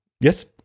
Yes